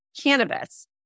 cannabis